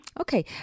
Okay